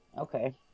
okay